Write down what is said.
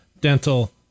dental